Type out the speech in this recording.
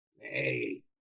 Hey